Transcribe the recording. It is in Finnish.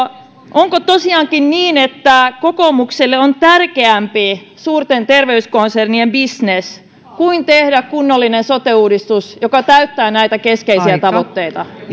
onko tosiaankin niin että kokoomukselle on tärkeämpi suurten terveyskonsernien bisnes kuin tehdä kunnollinen sote uudistus joka täyttää näitä keskeisiä tavoitteita